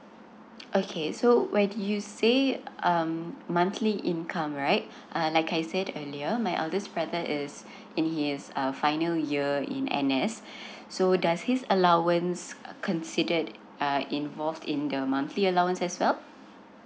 okay so where do you say um monthly income right uh like I said earlier my eldest brother is in his err final year in N S so does his allowance considered uh involved in the monthly allowance as well